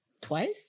Twice